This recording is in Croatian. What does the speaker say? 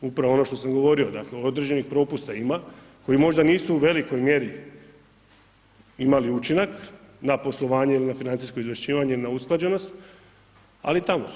Upravo ono što sam govorio, dakle određenih propusta ima, koji možda nisu u velikoj mjeri imali učinak na poslovanje ili na financijsko izvješćivanje ili na usklađenost ali tamo su.